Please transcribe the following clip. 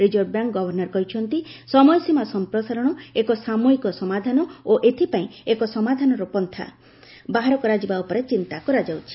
reserve bank governor କହିଛନ୍ତି ସମୟସୀମା ସଂପ୍ରସାରଣ ଏକ ସାମୟିକ ସମାଧାନ ଓ ଏଥିପାଇଁ ଏକ ସମାଧାନ ପନ୍ନା ବାହାର କରାଯିବା ଉପରେ ଚିନ୍ତା କରାଯାଉଛି